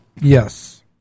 Yes